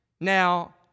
Now